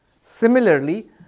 similarly